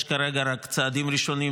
יש כרגע רק צעדים ראשונים,